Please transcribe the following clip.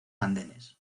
andenes